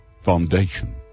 foundation